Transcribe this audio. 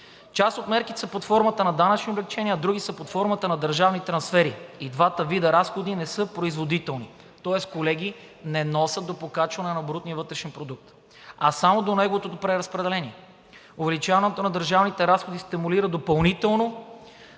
Част от мерките са под формата на данъчни облекчения, а други са под формата на държавни трансфери. И двата вида разходи не са производителни. Тоест, колеги, не носят до покачване на брутния вътрешен продукт, а само до неговото преразпределение. Увеличаването на държавните разходи стимулира допълнително